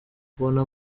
kubona